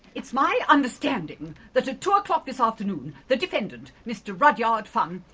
it's my understanding that at two o'clock this afternoon, the defendant, mr rudyard funn,